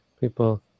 people